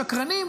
שקרנים,